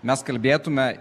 mes kalbėtume